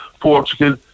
Portugal